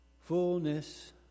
fullness